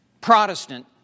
Protestant